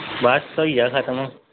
बस होई दा खत्म